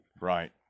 right